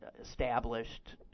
established